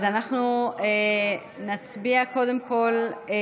אז אנחנו נצביע קודם כול,